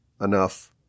enough